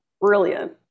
brilliant